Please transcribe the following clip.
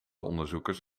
onderzoekers